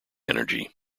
energy